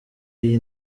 iyi